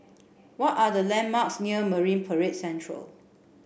what are the landmarks near Marine Parade Central